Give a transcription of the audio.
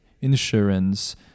insurance